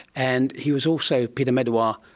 and he was also, peter medawar,